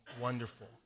wonderful